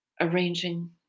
arranging